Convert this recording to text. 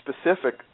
specific